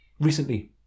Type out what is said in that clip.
Recently